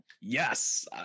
yes